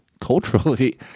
culturally